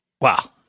Wow